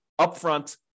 upfront